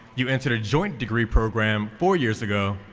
you entered a joint degree program four years ago,